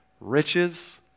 riches